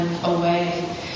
Away